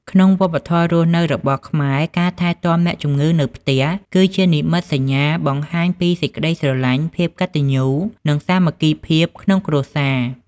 ក្នុងវប្បធម៌រស់នៅរបស់ខ្មែរ ការថែទាំអ្នកជម្ងឺនៅផ្ទះគឺជានិមិត្តសញ្ញាបង្ហាញពីសេចក្ដីស្រឡាញ់ ភាពកត្តញ្ញូ និងសាមគ្គីភាពក្នុងគ្រួសារ។